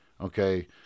Okay